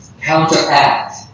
counteract